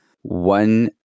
one